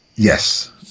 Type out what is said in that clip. Yes